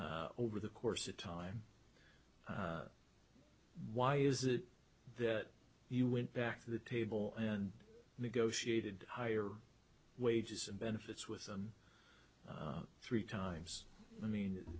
over the course of time why is it that you went back to the table and negotiated higher wages and benefits with them three times i mean